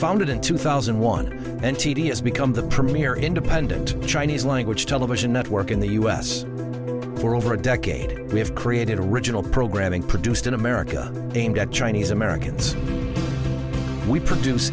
founded in two thousand and one and tedious become the premier independent chinese language television network in the us for over a decade we have created original programming produced in america aimed at chinese americans we produce